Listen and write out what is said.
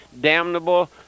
damnable